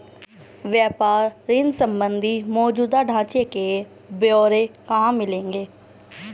व्यापार ऋण संबंधी मौजूदा ढांचे के ब्यौरे कहाँ मिलेंगे?